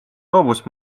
loobus